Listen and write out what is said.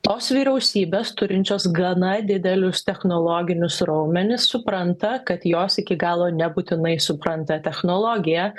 tos vyriausybės turinčios gana didelius technologinius raumenis supranta kad jos iki galo nebūtinai supranta technologiją